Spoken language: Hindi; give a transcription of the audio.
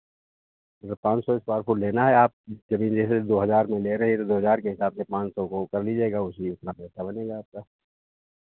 मतलब पाँच सौ स्क्वायर फ़ुट लेना है आप ज़मीन जैसे दो हज़ार में ले रही हैं तो दो हज़ार के हिसाब से पाँच सौ को कर लीजिएगा उसी उतना पैसा बनेगा आपका